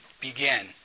begin